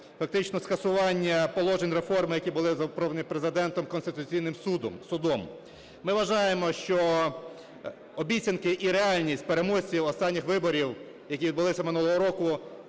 фактично скасування положень реформи, які були запропоновані Президентом, Конституційним Судом. Ми вважаємо, що обіцянки і реальність переможців останніх виборів, які відбулися минулого року,